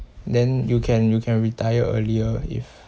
then you can you can retire earlier if